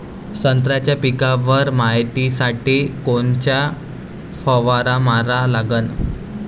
संत्र्याच्या पिकावर मायतीसाठी कोनचा फवारा मारा लागन?